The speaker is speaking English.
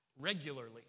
regularly